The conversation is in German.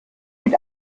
mit